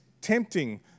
tempting